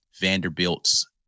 Vanderbilt's